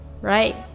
right